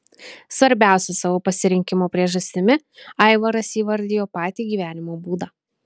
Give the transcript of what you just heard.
svarbiausia savo pasirinkimo priežastimi aivaras įvardijo patį gyvenimo būdą